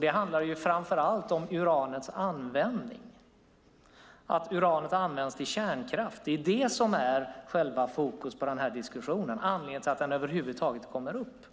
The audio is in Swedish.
Det handlar framför allt om uranets användning, om att uranet används till kärnkraft. Det är själva fokus i den här diskussionen och anledningen till att den över huvud taget kommer upp.